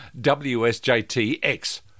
WSJTX